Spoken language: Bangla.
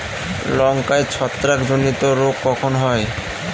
লঙ্কায় ছত্রাক জনিত রোগ কখন হয়?